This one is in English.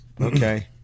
Okay